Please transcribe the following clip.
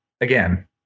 Again